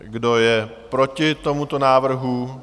Kdo je proti tomuto návrhu?